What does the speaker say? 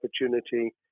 opportunity